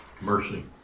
Mercy